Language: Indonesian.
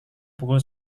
pukul